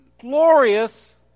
glorious